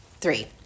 three